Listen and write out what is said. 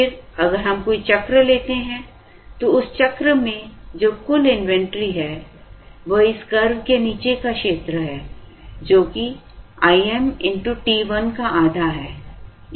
फिर अगर हम कोई चक्र लेते हैं तो उस चक्र में जो कुल इन्वेंट्री है वह इस कर्व के नीचे का क्षेत्र है जो कि I m x t 1 का आधा है